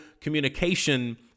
communication